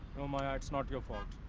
no maya it's not your fault.